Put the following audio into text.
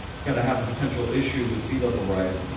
gonna have a potential issue with sea level rise,